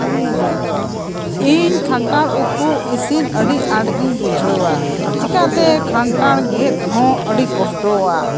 ᱤᱧ ᱠᱷᱟᱱᱴᱟᱲ ᱩᱛᱩ ᱤᱥᱤᱱ ᱟᱹᱰᱤ ᱟᱸᱴ ᱜᱮᱧ ᱵᱩᱡᱷᱟᱹᱣᱟ ᱪᱤᱠᱟᱹᱛᱮ ᱠᱷᱟᱱᱴᱟᱲ ᱜᱮᱫ ᱦᱚᱸ ᱟᱹᱰᱤ ᱠᱚᱥᱴᱚᱣᱟ